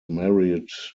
married